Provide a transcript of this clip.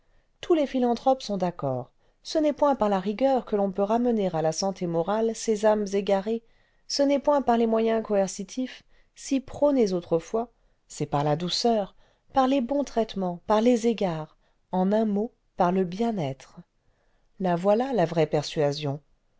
tous les philanthropes sont d'accord ce n'est point par la rigueur que l'on peut ramener à la santé morale ces âmes égarées ce n'est point par les moyens coercitifs si prônés autrefois c'est par la douceur par les bons traitements par les égards en un mot par le bien-être la voilà la vraie persuasion